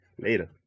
later